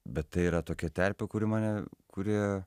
bet tai yra tokia terpė kuri mane kuri